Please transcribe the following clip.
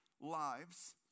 lives